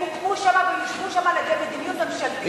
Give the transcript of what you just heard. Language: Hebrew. הם מוקמו שם ויושבו שם על-ידי מדיניות ממשלתית.